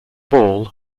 ball